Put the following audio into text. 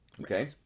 Okay